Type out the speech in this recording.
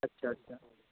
अच्छा अच्छा